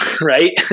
right